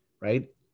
right